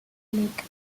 lake